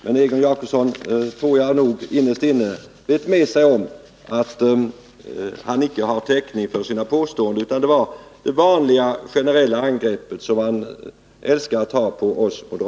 Men jag tror att Egon Jacobsson innerst inne vet med sig att han icke har täckning för sina påståenden — utan det var det vanliga angreppet som man älskar att rikta mot oss moderater.